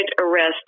arrest